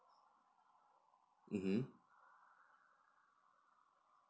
mmhmm